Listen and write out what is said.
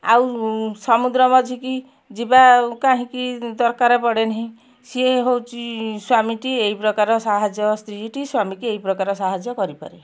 ଆଉ ସମୁଦ୍ର ମଝିକି ଯିବା କାହିଁକି ଦରକାର ପଡ଼େନି ସିଏ ହଉଛି ସ୍ବାମୀ ଟି ଏହି ପ୍ରକାର ସାହାଯ୍ୟ ସ୍ତ୍ରୀ ଟି ସ୍ବାମୀ କି ଏହି ପ୍ରକାର ସାହାଯ୍ୟ କରିପାରେ